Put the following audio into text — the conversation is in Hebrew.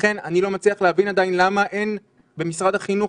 אני לא מצליח להבין עדיין למה אין במשרד החינוך